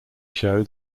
show